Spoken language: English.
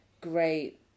great